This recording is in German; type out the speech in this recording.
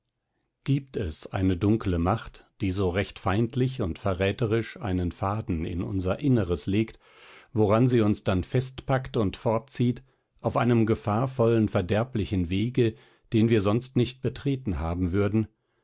gibt es eine dunkle macht die so recht feindlich und verräterisch einen faden in unser inneres legt woran sie uns dann festpackt und fortzieht auf einem gefahrvollen verderblichen wege den wir sonst nicht betreten haben würden